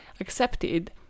accepted